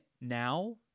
now